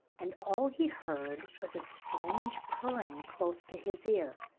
and all he heard was a strange purring, close to his ear.